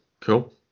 cool